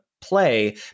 play